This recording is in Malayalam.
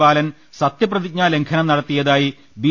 ബാലൻ സത്യപ്രതിജ്ഞാ ലംഘനം നടത്തിയതായി ബി